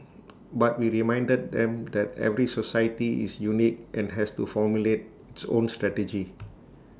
but we reminded them that every society is unique and has to formulate its own strategy